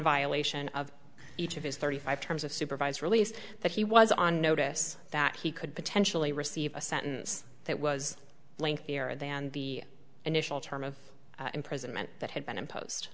violation of each of his thirty five terms of supervised release that he was on notice that he could potentially receive a sentence that was lengthy or than the initial term of imprisonment that had been impos